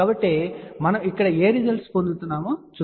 కాబట్టి మనం ఇక్కడ ఏ రిజల్ట్స్ ను పొందుతామో చూద్దాం